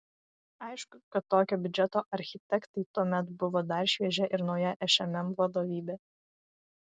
aišku kad tokio biudžeto architektai tuomet buvo dar šviežia ir nauja šmm vadovybė